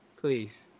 please